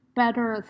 better